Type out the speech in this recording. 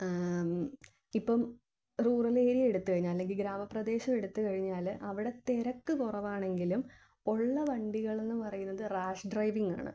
ഇപ്പം rural area എടുത്തുകഴിഞ്ഞാൽ അല്ലെങ്കിൽ ഗ്രാമപ്രദേശം എടുത്തുകഴിഞ്ഞാൽ അവിടെ തിരക്ക് കുറവാണെങ്കിലും ഉള്ള വണ്ടികളെന്ന് പറയുന്നത് റാഷ് ഡ്രൈവിങ്ങാണ്